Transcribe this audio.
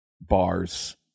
bars